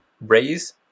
raise